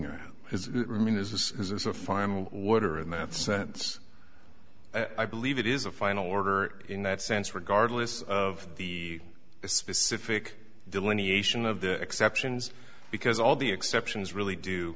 or is this is a final order in that sense i believe it is a final order in that sense regardless of the specific delineation of the exceptions because all the exceptions really do